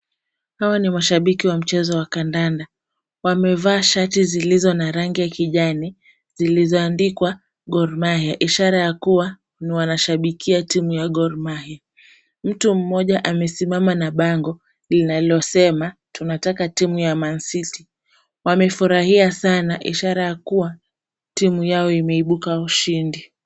Hawa ni mashabiki wa mchezo wa kandanda, wamevaa shati zilizo na rangi ya kijani zilizoandikwa Gor Mahia ishara ya kuwa ni wanashabikia timu ya Gor Mahia. Mtu mmoja amesimama na bango linalosema "tunataka timu ya Mancity." Wamefurahia sana ishara ya kuwa timu yao imeibuka washindi.